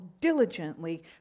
diligently